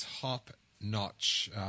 top-notch